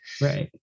Right